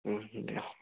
দিয়ক